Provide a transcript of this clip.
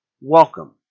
Welcome